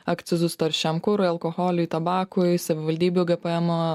akcizus taršiam kurui alkoholiui tabakui savivaldybių gpmo